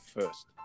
first